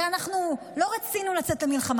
הרי אנחנו לא רצינו לצאת למלחמה.